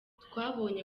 twabonye